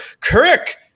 Kirk